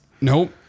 Nope